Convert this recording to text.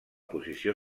posició